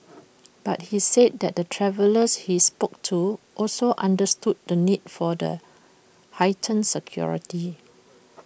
but he said that the travellers he spoke to also understood the need for the heightened security